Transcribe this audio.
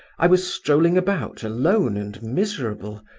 i was strolling about alone and miserable,